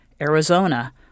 Arizona